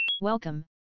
Welcome